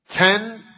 Ten